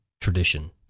Tradition